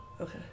Okay